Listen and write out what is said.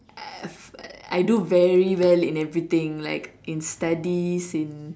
I I do very well in everything like in studies in